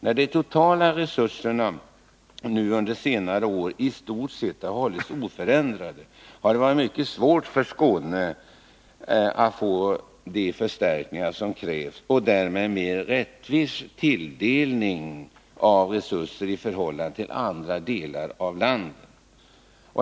När de totala resurserna nu under senare år i stort sett har hållits oförändrade har det varit mycket svårt för Skåne att få de förstärkningar som krävs och därmed en mer rättvis tilldelning av resurser i förhållande till andra delar av landet.